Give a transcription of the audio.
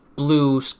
Blue